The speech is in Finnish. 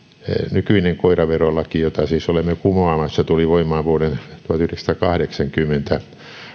nykyinen koiraverolaki jota siis olemme kumoamassa tuli voimaan vuoden tuhatyhdeksänsataakahdeksankymmentä